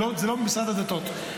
זה לא במשרד הדתות.